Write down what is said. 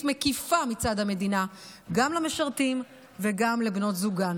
מקיפה מצד המדינה גם למשרתים וגם לבנות הזוג.